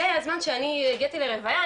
הגיע הזמן שאני הגעתי לרוויה,